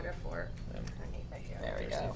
for like yeah there we go.